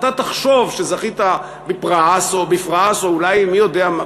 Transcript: אתה תחשוב שזכית בפרס או אולי מי יודע מה,